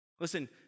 Listen